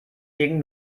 gegen